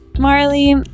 Marley